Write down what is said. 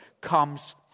comes